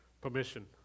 Permission